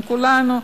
עם כולנו,